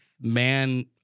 man